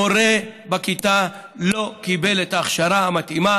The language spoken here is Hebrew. המורה בכיתה לא קיבל את ההכשרה המתאימה